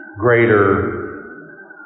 greater